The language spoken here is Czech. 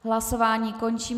Hlasování končím.